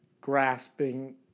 grasping